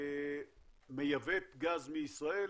מייבאת גז מישראל